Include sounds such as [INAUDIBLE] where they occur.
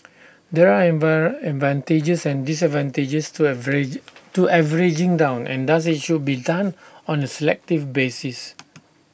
there are [UNINTELLIGIBLE] advantages and disadvantages to average to averaging down and thus IT should be done on A selective basis